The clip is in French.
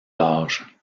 l’âge